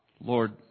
Lord